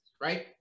right